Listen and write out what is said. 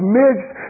mixed